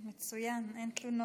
מצוין, אין תלונות.